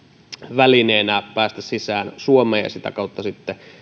välineenä päästä sisään suomeen ja sitä kautta